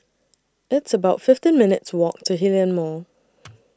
It's about fifteen minutes' Walk to Hillion Mall